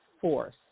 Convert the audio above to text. force